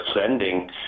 sending